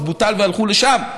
אז ההוא בוטל והלכו לשם,